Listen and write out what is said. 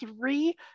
three